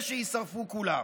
ושיישרפו כולם.